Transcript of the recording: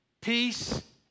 peace